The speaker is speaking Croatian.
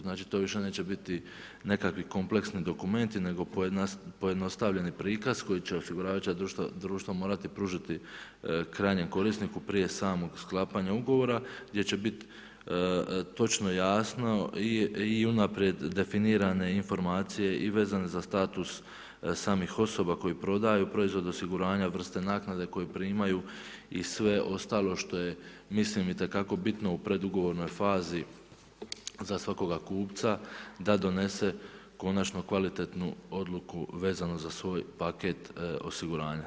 Znači, to više neće biti nekakvi kompleksni dokumenti, nego pojednostavljeni prikaz, koja će osiguravajuća društva morati pružiti krajnjem korisniku prije samoga sklapanja Ugovora, gdje će biti točno jasno i unaprijed definirane informacije i vezane za status samih osoba koje prodaju proizvode od osiguranja, vrste naknade koje primaju i sve ostalo što je itekako bitno u predugovornoj fazi za svakoga kupca da donese konačno kvalitetnu odluku vezano za svoj paket osiguranja.